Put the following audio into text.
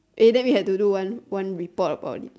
eh then we had to do one one report about it